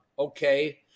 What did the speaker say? okay